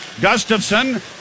Gustafson